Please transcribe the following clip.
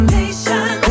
nation